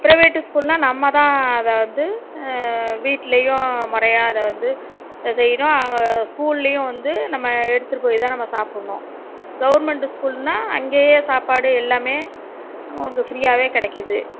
private ஸ்கூல்னால் நம்மதான் அதை வந்து வீட்டிலையும் முறையா அதை வந்து செய்கிறோம் அங்கே அதை ஸ்கூல்லையும் வந்து நம்ம எடுத்துகிட்டு போய் தான் நம்ம சாப்பிட்ணும் கவுர்மெண்டு ஸ்கூலுன்னா அங்கையே சாப்பாடு எல்லாமே நமக்கு ஃப்ரீயாகவே கிடைக்குது